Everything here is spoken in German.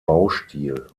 baustil